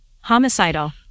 Homicidal